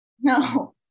No